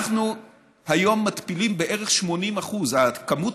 אנחנו מתפילים היום בערך 80%. כמות